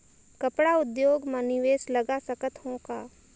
कपड़ा उद्योग म निवेश लगा सकत हो का?